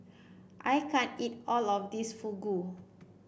I can't eat all of this Fugu